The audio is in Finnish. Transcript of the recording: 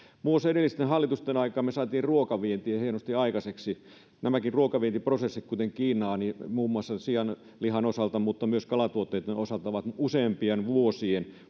muun muassa edellisten hallitusten aikana me saimme ruokavientiä hienosti aikaiseksi nämäkin ruokavientiprosessit kuten kiinaan muun muassa sianlihan osalta mutta myös kalatuotteitten osalta ovat useampien vuosien